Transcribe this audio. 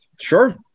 sure